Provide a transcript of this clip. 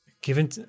Given